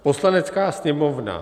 Poslanecká sněmovna